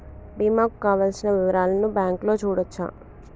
బీమా కు కావలసిన వివరాలను బ్యాంకులో చూడొచ్చా?